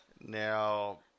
Now